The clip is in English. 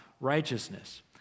righteousness